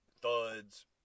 thuds